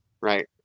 right